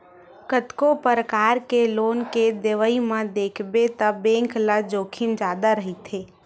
कतको परकार के लोन के देवई म देखबे त बेंक ल जोखिम जादा रहिथे